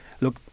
look